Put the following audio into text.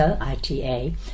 Ita